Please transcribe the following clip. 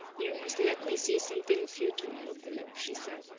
you must let me see something of you tomorrow, philip, she said.